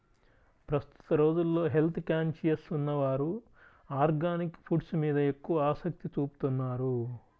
ప్రస్తుత రోజుల్లో health conscious ఉన్నవారు ఆర్గానిక్ ఫుడ్స్ మీద ఎక్కువ ఆసక్తి చూపుతున్నారు